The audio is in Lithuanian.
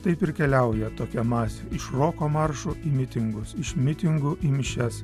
taip ir keliauja tokia masė iš roko maršų į mitingus iš mitingų į mišias